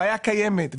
בעיה קיימת.